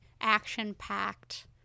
action-packed